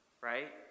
right